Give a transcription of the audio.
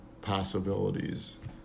possibilities